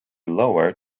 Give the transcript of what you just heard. lower